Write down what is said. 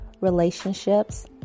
relationships